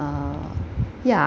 uh ya